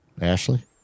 Ashley